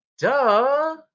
Duh